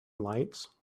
lights